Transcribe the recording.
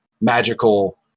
magical